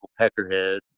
Peckerhead